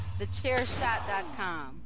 TheChairShot.com